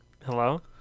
Hello